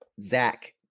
Zach